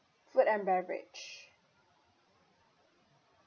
food and beverage